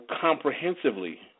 comprehensively